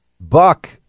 Buck